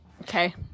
Okay